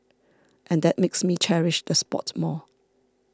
and that makes me cherish the spot more